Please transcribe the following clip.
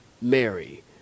Mary